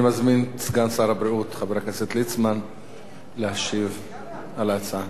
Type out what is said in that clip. אני מזמין את סגן שר הבריאות חבר הכנסת ליצמן להשיב על ההצעה.